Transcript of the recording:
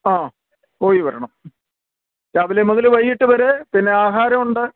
ആ പോയി വരണം രാവിലെ മുതൽ വൈകീട്ട് വരെ പിന്നെ ആഹാരം ഉണ്ട്